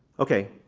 okay,